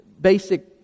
basic